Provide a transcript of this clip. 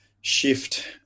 shift